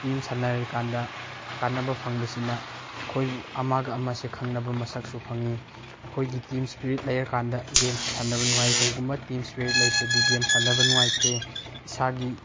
team ꯁꯥꯟꯅꯔ ꯀꯥꯟꯗ ꯀꯥꯟꯅꯕ ꯐꯪꯕꯁꯤꯅ ꯑꯩꯈꯣꯏꯕꯨ ꯑꯃꯒ ꯑꯃꯒꯁꯦ ꯈꯪꯅꯕ ꯃꯁꯛꯁꯨ ꯐꯪꯏ ꯑꯩꯈꯣꯏꯒꯤ ꯇꯤꯝ ꯏꯁꯄꯤꯔꯤꯠ ꯂꯩꯔ ꯀꯥꯟꯗ ꯒꯦꯝꯁꯦ ꯁꯥꯟꯅꯕ ꯅꯨꯡꯉꯥꯏ ꯀꯩꯒꯨꯝꯕ ꯇꯤꯝ ꯏꯁꯄꯤꯔꯤꯠ ꯂꯩꯇ꯭ꯔꯗꯤ ꯒꯦꯝ ꯁꯥꯟꯅꯕ ꯅꯨꯡꯉꯥꯏꯇꯦ ꯏꯁꯥꯒꯤ